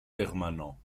permanents